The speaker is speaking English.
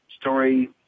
story